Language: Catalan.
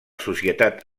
societat